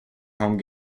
home